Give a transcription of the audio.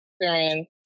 Experience